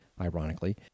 ironically